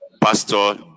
pastor